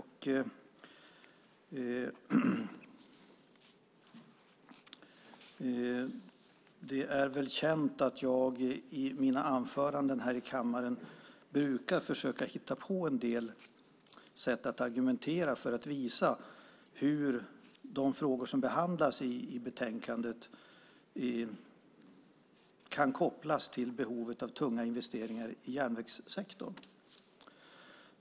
Det är väl känt att jag i mina anföranden här i kammaren brukar försöka hitta på en del sätt att argumentera för att visa hur de frågor som behandlas i betänkandet kan kopplas till behovet av tunga investeringar i järnvägssektorn.